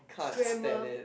grammar